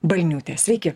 balniūtė sveiki